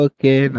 Okay